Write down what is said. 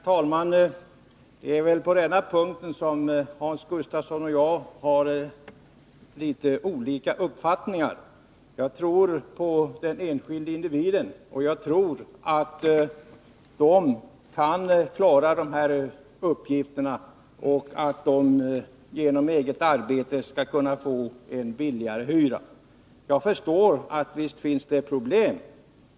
Herr talman! Det är på denna punkt som Hans Gustafsson och jag har litet olika uppfattningar. Jag tror på den enskilde individens förmåga att klara de här uppgifterna och att genom eget arbete få en lägre hyra. Jag förstår att det naturligtvis finns problem.